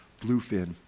bluefin